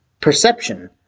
perception